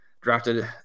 drafted